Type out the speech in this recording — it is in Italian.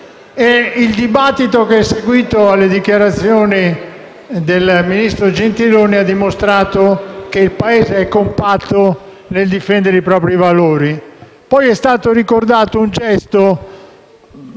Il dibattito che è seguito alle dichiarazioni del ministro Gentiloni Silveri ha dimostrato che il Paese è compatto nel difendere i propri valori. Poi è stato ricordato un gesto,